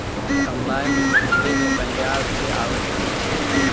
combine ढेर पंजाब से आवत हवे